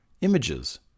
Images